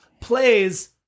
plays